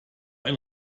ein